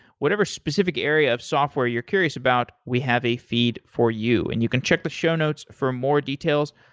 whatever specific area of software you're curious about we have a feed for you and you can check the show notes for more details.